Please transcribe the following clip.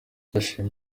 ndashima